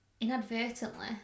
inadvertently